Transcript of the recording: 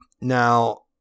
Now